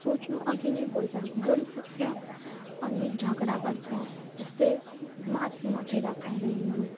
सोच्नु अघि नै बोल्छ बोली सक्छ अनि झगडा गर्छ जस्तै मद मदिरा खाएर हिँड्नु